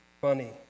funny